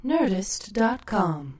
Nerdist.com